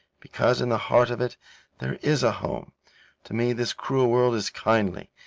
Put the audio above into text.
because in the heart of it there is a home to me this cruel world is kindly,